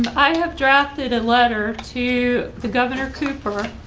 i have drafted a letter to the governor cooper.